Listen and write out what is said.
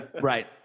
Right